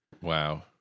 Wow